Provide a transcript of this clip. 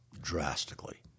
drastically